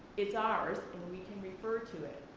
it's ours and we can refer to it,